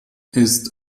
ist